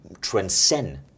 transcend